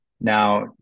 Now